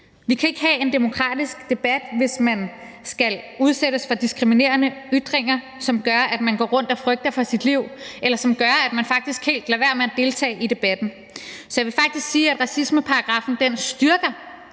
Vi kan ikke have en demokratisk debat, hvis man skal udsættes for diskriminerende ytringer, som gør, at man går rundt og frygter for sit liv, eller som gør, at man faktisk helt lader være med at deltage i debatten. Så jeg vil faktisk sige, at racismeparagraffen styrker